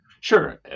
Sure